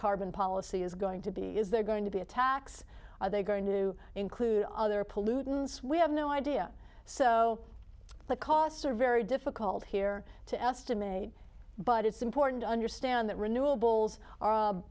carbon policy is going to be is there going to be a tax are they going to include other pollutants we have no idea so the costs are very difficult here to estimate but it's important to understand that renewables are